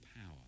power